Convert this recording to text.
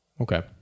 Okay